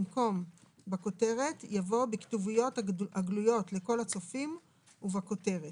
במקום "בכותרת" יבוא "בכתוביות הגלויות לכל הצופים ובכותרת"".